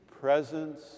Presence